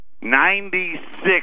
Ninety-six